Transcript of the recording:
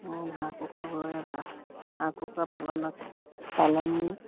হাঁহ কুকুৰা হাঁহ কুকুৰা পালনত পালন